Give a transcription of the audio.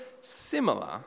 similar